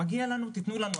מגיע לנו, תתנו לנו.